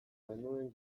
genuen